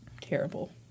terrible